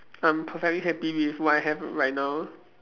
I'm perfectly happy with what I have right now